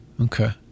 Okay